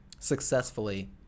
Successfully